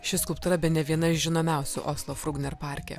ši skulptūra bene viena iš žinomiausių oslo frugner parke